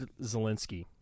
Zelensky